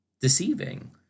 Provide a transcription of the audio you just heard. deceiving